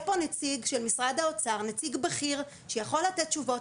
פה נציג של משרד האוצר נציג בכיר שיכול לתת תשובות,